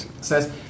says